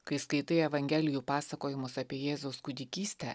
kai skaitai evangelijų pasakojimus apie jėzaus kūdikystę